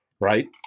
right